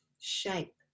shape